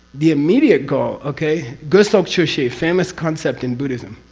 the. immediate goal. okay, gu tsok chu shi a famous concept in buddhism.